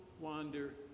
wander